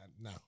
no